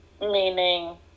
meaning